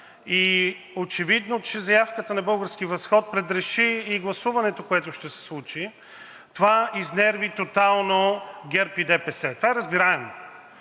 е очевидно, че заявката на „Български възход“ предреши и гласуването, което ще се случи. Това изнерви тотално ГЕРБ и ДПС. Това е разбираемо.